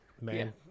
man